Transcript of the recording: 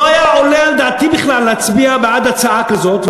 לא היה עולה על דעתי בכלל להצביע בעד הצעה כזאת,